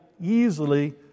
easily